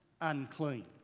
unclean